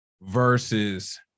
versus